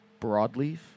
broadleaf